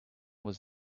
was